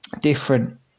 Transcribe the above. different